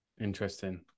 Interesting